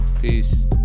Peace